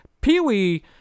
Pee-wee